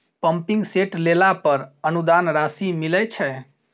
Pumping set लेला पर अनुदान राशि मिलय छैय?